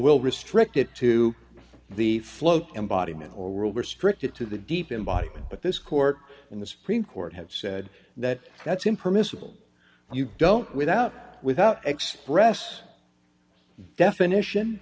we'll restrict it to the float embodiment or world restrict it to the deep in body but this court in the supreme court have said that that's impermissible you don't without without express definition